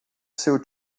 seu